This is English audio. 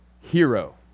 hero